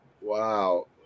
Wow